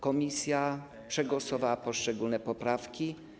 Komisja przegłosowała poszczególne poprawki.